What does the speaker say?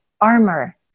armor